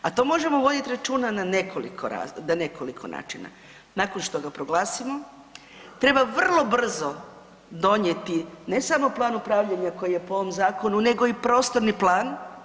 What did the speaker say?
A to možemo voditi računa na nekoliko načina, nakon što ga proglasimo treba vrlo brzo donijeti ne samo plan upravljanja koji je po ovom zakonu nego i prostorni plan.